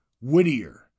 Whittier